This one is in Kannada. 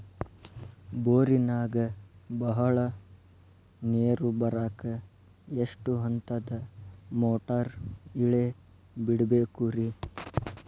ಬೋರಿನಾಗ ಬಹಳ ನೇರು ಬರಾಕ ಎಷ್ಟು ಹಂತದ ಮೋಟಾರ್ ಇಳೆ ಬಿಡಬೇಕು ರಿ?